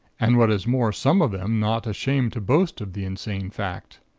and what is more, some of them not ashamed to boast of the insane fact.